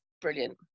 brilliant